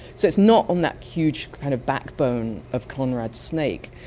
so it's not on that huge kind of backbone of conrad's snake,